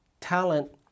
talent